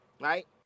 right